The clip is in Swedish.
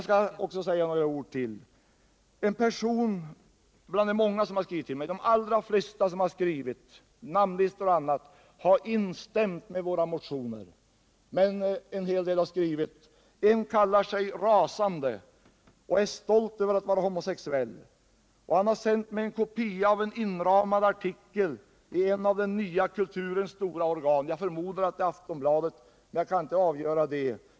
De allra flesta som har skrivit till mig — det gäller även namnlistoro. d.-har - Nr 93 instämt i vår motion, men även en del andra har skrivit. En person som kallar Fredagen den sig ”Rasande” är stolt över att vara homosexuell. Han har sänt mig en — 10 mars 1978 inramad artikel i ett av den nya kulturens stora organ. Jag förmodar att det är Aftonbladet, men jag kan inte säkert avgöra det.